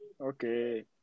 Okay